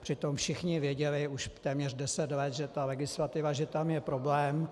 Přitom všichni věděli už téměř deset let, že ta legislativa že tam je problém.